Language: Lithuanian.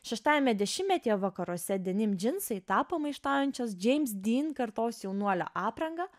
šeštajame dešimtmetyje vakaruose denim džinsai tapo maištaujančios džeims dyn kartos jaunuolio apranga